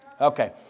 Okay